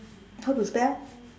how to spell